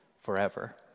forever